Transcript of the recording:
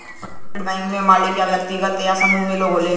private bank क मालिक व्यक्तिगत या समूह में लोग होलन